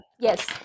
Yes